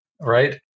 right